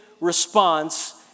response